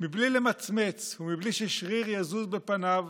ובלי למצמץ ובלי ששריר יזוז בפניו